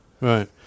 right